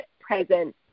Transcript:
present